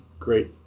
Great